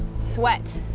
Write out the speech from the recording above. sweat.